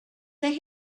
they